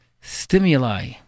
stimuli